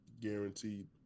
Guaranteed